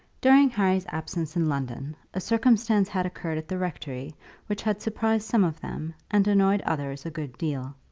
during harry's absence in london, a circumstance had occurred at the rectory which had surprised some of them and annoyed others a good deal.